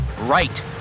Right